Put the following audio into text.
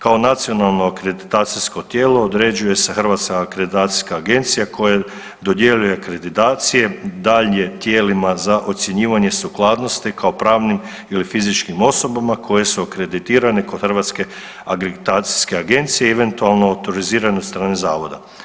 Kao nacionalno akreditacijsko tijelo određuje se Hrvatska akreditacijska agencija koja dodjeljuje akreditacije dalje tijelima za ocjenjivanje sukladnosti kao pravnim ili fizičkim osobama koje su akreditirane kod Hrvatske akreditacijske agencije i eventualno autorizirane od strane zavoda.